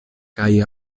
kaj